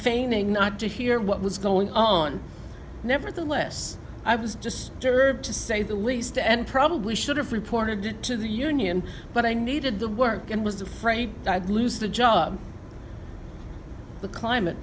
feigning not to hear what was going on nevertheless i was just a jerk to say the least and probably should have reported it to the union but i needed the work and was afraid i'd lose the job the climate